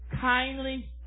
kindly